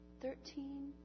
Thirteen